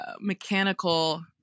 mechanical